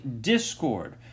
discord